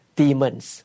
demons